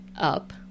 up